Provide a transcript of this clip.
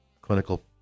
clinical